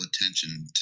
attention